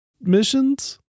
missions